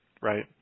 right